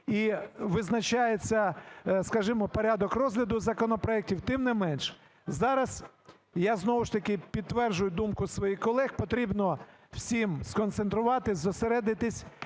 і визначається, скажімо, порядок розгляду законопроектів. Тим не менш, зараз – я знову ж таки підтверджую думку своїх колег, – потрібно всім сконцентруватися, зосередитися